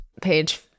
page